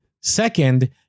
Second